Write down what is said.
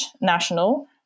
national